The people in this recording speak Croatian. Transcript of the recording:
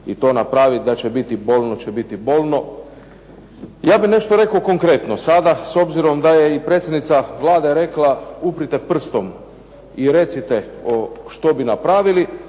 i to napraviti. Da će biti bolno, će biti bolno. Ja bih rekao nešto konkretno sada, s obzirom da je i predsjednica Vlade rekla uprite prstom i recite što bi napravili.